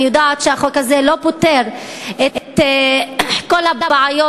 אני יודעת שהחוק הזה לא פותר את כל הבעיות